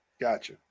Gotcha